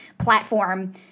platform